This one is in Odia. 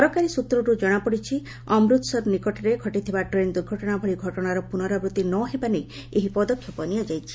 ସରକାରୀ ସୂତ୍ରରୁ ଜଣାପଡ଼ିଛି ଅମୃତସର ନିକଟରେ ଘଟିଥିବା ଟ୍ରେନ୍ ଦୁର୍ଘଟଣା ଭଳି ଘଟଣାର ପୁନରାବୃତ୍ତି ନ ହେବା ନେଇ ଏହି ପଦକ୍ଷେପ ନିଆଯାଇଛି